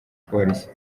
polisi